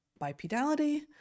Bipedality